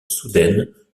soudaine